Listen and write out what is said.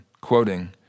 Quoting